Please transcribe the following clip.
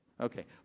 Okay